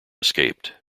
escaped